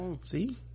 See